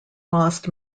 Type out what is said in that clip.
lost